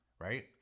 right